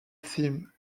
theme